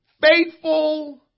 faithful